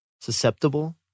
susceptible